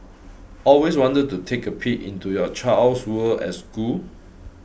always wanted to take a peek into your child's world at school